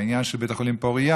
העניין של בית החולים פוריה,